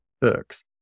books